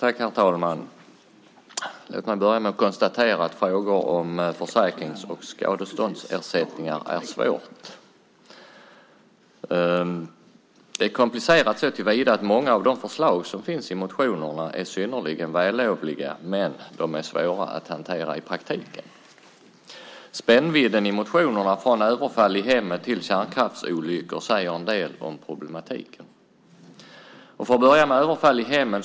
Herr talman! Låt mig börja med att konstatera att frågor om försäkrings och skadeståndsersättningar är svåra. De är komplicerade såtillvida att många av de förslag som finns i motionerna är synnerligen vällovliga, men de är svåra att hantera i praktiken. Spännvidden i motionerna från överfall i hemmet till kärnkraftsolyckor säger en del om problemen. Jag börjar med frågan om överfall i hemmen.